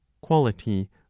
quality